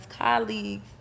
colleagues